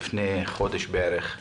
לפני כחודש ועד היום,